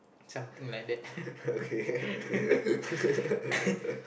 something like that